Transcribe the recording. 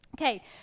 Okay